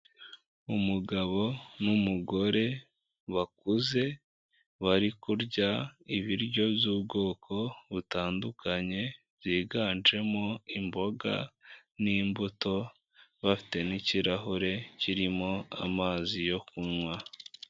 Umugabo n'umugore bakuze, bari kurya ibiryo by'ubwoko butandukanye, byiganjemo imboga n'imbuto bafite n'ikirahure kirimo amazi yo kunywa.